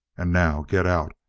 and now get out!